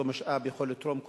אותו משאב יוכל לתרום,